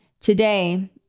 Today